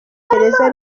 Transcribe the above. gereza